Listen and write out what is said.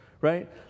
right